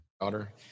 daughter